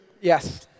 Yes